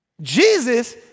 Jesus